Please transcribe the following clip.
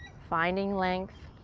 finding length,